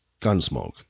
Gunsmoke